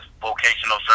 vocational